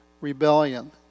Rebellion